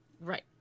Right